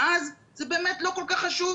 שאז זה באמת לא כל כך חשוב,